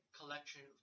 collection